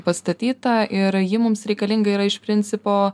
pastatyta ir ji mums reikalinga yra iš principo